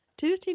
tuesday